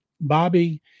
Bobby